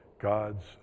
God's